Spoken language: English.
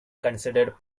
considered